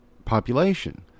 population